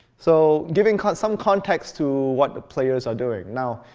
so giving some context to what the players are doing. now,